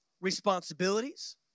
responsibilities